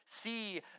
see